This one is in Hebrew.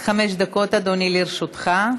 עד חמש דקות, אדוני, לרשותך.